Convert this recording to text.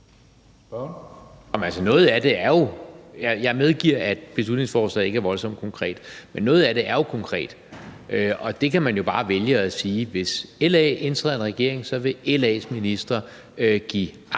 Jeg medgiver, at beslutningsforslaget ikke er voldsomt konkret, men noget af det er jo konkret. Og man kan jo bare vælge at sige, at hvis LA indtræder i en regering, så vil LA's ministre give aktindsigt